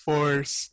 Force